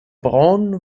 braun